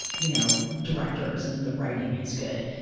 you know, directors, and the writing is good,